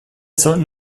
sollten